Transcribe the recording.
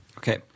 Okay